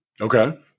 Okay